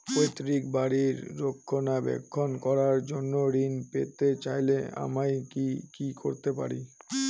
পৈত্রিক বাড়ির রক্ষণাবেক্ষণ করার জন্য ঋণ পেতে চাইলে আমায় কি কী করতে পারি?